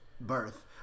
birth